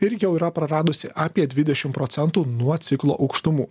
ir jau yra praradusi apie dvidešim procentų nuo ciklo aukštumų